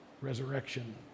resurrection